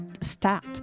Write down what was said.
start